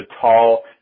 tall